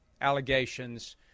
allegations